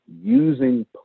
using